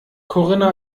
corinna